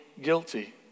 guilty